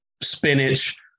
spinach